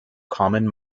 common